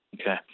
Okay